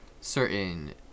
certain